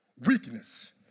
weakness